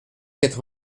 quatre